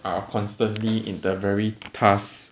are constantly in the very task